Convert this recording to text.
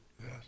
yes